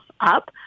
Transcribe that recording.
up